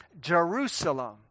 Jerusalem